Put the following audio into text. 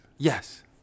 Yes